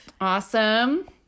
Awesome